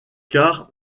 car